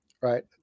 right